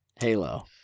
Halo